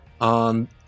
on